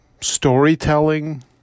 storytelling